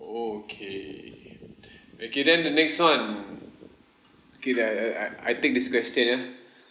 okay okay then the next one okay that I uh I take this question eh